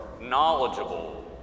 knowledgeable